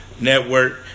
network